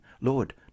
Lord